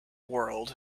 world